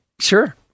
Sure